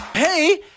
Hey